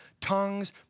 tongues